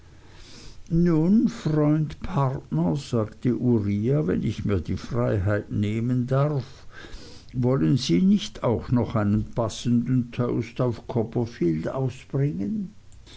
freund partner sagte uriah wenn ich mir die freiheit nehmen darf wollen sie nicht auch noch einen passenden toast auf copperfield ausbringen